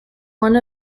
one